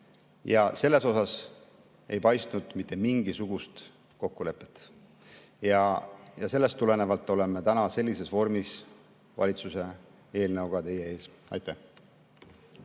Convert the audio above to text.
Selles ei paistnud mitte mingisugust kokkulepet ja sellest tulenevalt oleme täna sellises vormis valitsuse eelnõuga teie ees. Ma